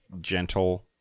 gentle